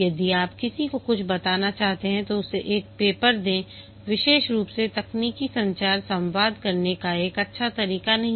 यदि आप किसी को कुछ बताना चाहते हैं तो उसे एक पेपर दें विशेष रूप से तकनीकी संचार संवाद करने का एक अच्छा तरीका नहीं है